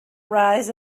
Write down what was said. rise